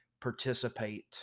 participate